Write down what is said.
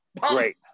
Great